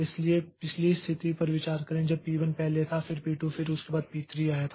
इसलिए पिछली स्थिति पर विचार करें जब P1 था पहले फिर P2 और उसके बाद P3 आया था